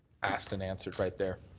asked and answered right there.